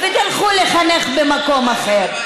ותלכו לחנך במקום אחר.